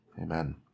Amen